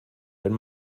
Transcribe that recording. wenn